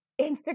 Instagram